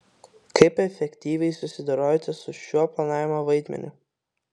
kaip efektyviai susidorojote su šiuo planavimo vaidmeniu